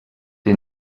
dir